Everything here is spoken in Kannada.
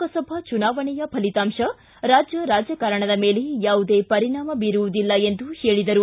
ಲೋಕಸಭಾ ಚುನಾವಣೆಯ ಫಲಿತಾಂಶ ರಾಜ್ಯ ರಾಜಕಾರಣದ ಮೇಲೆ ಯಾವುದೇ ಪರಿಣಾಮ ಬೀರುವುದಿಲ್ಲ ಎಂದು ಹೇಳಿದರು